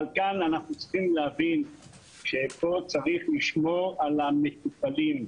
אבל כאן אנחנו צריכים להבין שפה צריך לשמור על המטופלים,